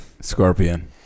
Scorpion